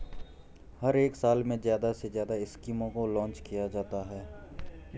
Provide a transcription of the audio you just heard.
हर एक साल में ज्यादा से ज्यादा स्कीमों को लान्च किया जाता है